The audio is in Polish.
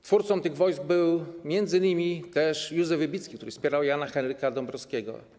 Twórcą tych wojsk był m.in. też Józef Wybicki, który wspierał Jana Henryka Dąbrowskiego.